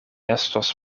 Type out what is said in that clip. estos